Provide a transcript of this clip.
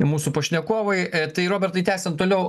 mūsų pašnekovai tai robertai tęsiam toliau